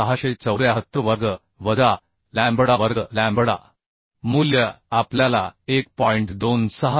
5674 वर्ग वजा लॅम्बडा वर्ग लॅम्बडा मूल्य आपल्याला 1